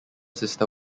sister